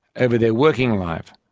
over their working life,